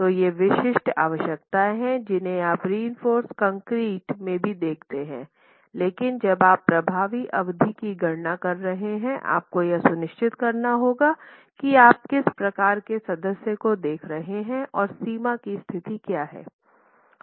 तो ये विशिष्ट आवश्यकताएं हैं जिन्हें आप रिइंफोर्स कंक्रीट में भी देखते हैं लेकिन जब आप प्रभावी अवधि की गणना कर रहे हैं आपको यह सुनिश्चित करना होगा कि आप किस प्रकार के सदस्य को देख रहे है और सीमा की स्थिति क्या है